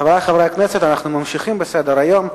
חברי חברי הכנסת, אנחנו ממשיכים בסדר-היום.